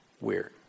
weird